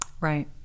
Right